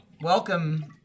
Welcome